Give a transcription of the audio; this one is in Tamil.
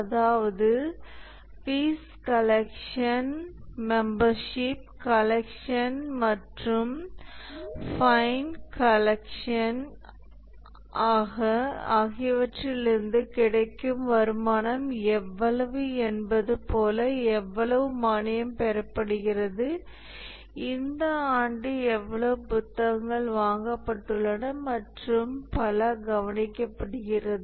அதாவது ஃபீஸ் கலெக்ஷன் மெம்பர்ஷிப் கலெக்ஷன் மற்றும் ஃபைன் கலெக்ஷன் ஆகியவற்றிலிருந்து கிடைக்கும் வருமானம் எவ்வளவு என்பது போல எவ்வளவு மானியம் பெறப்படுகிறது இந்த ஆண்டு எவ்வளவு புத்தகங்கள் வாங்கப்பட்டுள்ளன மற்றும் பல கவனிக்கப்படுகிறது